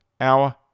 hour